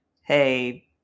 hey